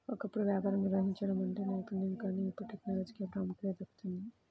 ఒకప్పుడు వ్యాపారం నిర్వహించడం అంటే నైపుణ్యం కానీ ఇప్పుడు టెక్నాలజీకే ప్రాముఖ్యత దక్కుతోంది